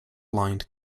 lined